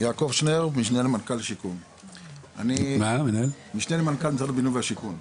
יעקב שנרב, משנה למנכ"ל משרד הבינוי והשיכון.